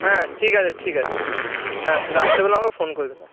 হ্যাঁ ঠিক আছে ঠিক আছে হ্যাঁ তুই রাত্রিবেলা আমাকে ফোন করবি না